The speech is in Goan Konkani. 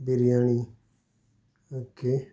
बिरयाणी ओके